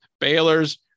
Baylor's